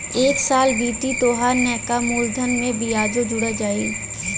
एक साल बीती तोहार नैका मूलधन में बियाजो जोड़ा जाई